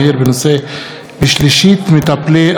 בשלישית, מטפלי השירות הפסיכולוגי